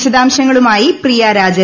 വിശദാംശങ്ങളുമായി പ്രിയ രാജൻ